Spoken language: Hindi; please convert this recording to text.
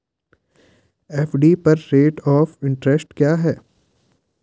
एफ.डी पर रेट ऑफ़ इंट्रेस्ट क्या है?